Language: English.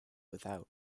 without